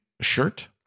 shirt